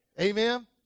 Amen